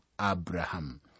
Abraham